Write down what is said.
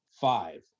five